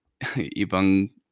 ibang